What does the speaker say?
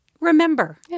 remember